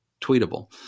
tweetable